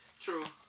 True